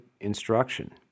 instruction